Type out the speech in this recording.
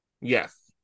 Yes